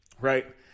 right